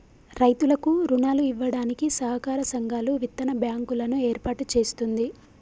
రైతులకు రుణాలు ఇవ్వడానికి సహకార సంఘాలు, విత్తన బ్యాంకు లను ఏర్పాటు చేస్తుంది